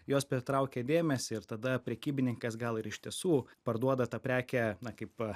jos pritraukia dėmesį ir tada prekybininkas gal ir iš tiesų parduoda tą prekę na kaip